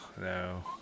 no